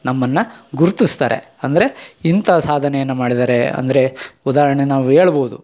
ನಮ್ಮನ್ನು ಗುರ್ತಿಸ್ತಾರೆ ಅಂದರೆ ಇಂಥ ಸಾಧನೆಯನ್ನ ಮಾಡಿದಾರೆ ಅಂದರೆ ಉದಾಹರ್ಣೆ ನಾವು ಹೇಳ್ಬೌದು